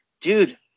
dude